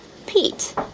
Pete